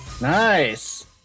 Nice